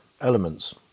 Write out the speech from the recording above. elements